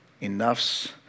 Enough's